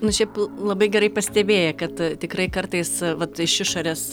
nu šiaip l labai gerai pastebėjai kad tikrai kartais vat iš išorės